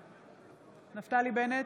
בעד נפתלי בנט,